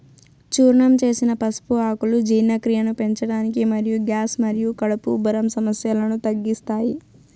చూర్ణం చేసిన పసుపు ఆకులు జీర్ణక్రియను పెంచడానికి మరియు గ్యాస్ మరియు కడుపు ఉబ్బరం సమస్యలను తగ్గిస్తాయి